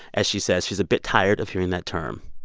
as she says, she's a bit tired of hearing that term.